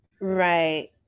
Right